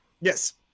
Yes